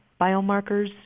biomarkers